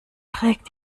trägt